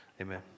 Amen